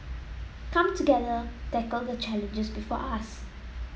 come together tackle the challenges before us